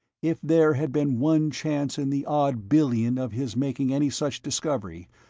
if there had been one chance in the odd billion of his making any such discovery,